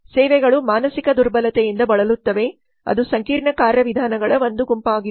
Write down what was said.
ಸೇವೆಗಳು ಮಾನಸಿಕ ದುರ್ಬಲತೆಯಿಂದ ಬಳಲುತ್ತವೆ ಅದು ಸಂಕೀರ್ಣ ಕಾರ್ಯವಿಧಾನಗಳ ಒಂದು ಗುಂಪಾಗಿದೆ